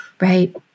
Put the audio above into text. Right